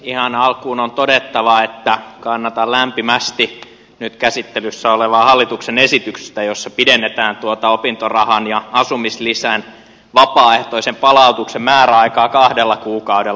ihan alkuun on todettava että kannatan lämpimästi nyt käsittelyssä olevaa hallituksen esitystä jossa pidennetään tuota opintorahan ja asumislisän vapaaehtoisen palautuksen määräaikaa kahdella kuukaudella